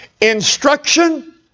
instruction